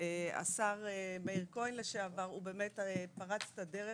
והשר מאיר כהן לשעבר באמת פרץ את הדלת